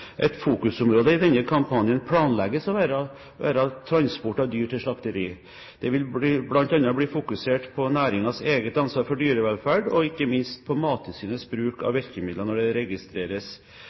Et fokusområde i denne kampanjen planlegges å være transport av dyr til slakteri. Det vil bl.a. bli fokusert på næringens eget ansvar for dyrevelferd og ikke minst på Mattilsynets bruk av virkemidler når det registreres